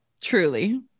Truly